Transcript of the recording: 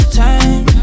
time